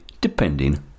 depending